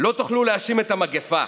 לא תוכלו להאשים את המגפה,